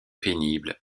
pénible